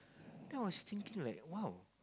then I was thinking like !wow!